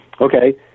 okay